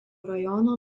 rajono